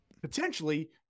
potentially